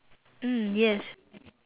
mm yes